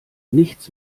nichts